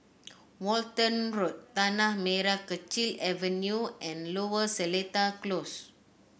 Walton Road Tanah Merah Kechil Avenue and Lower Seletar Close